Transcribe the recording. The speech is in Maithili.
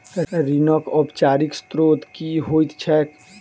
ऋणक औपचारिक स्त्रोत की होइत छैक?